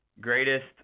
greatest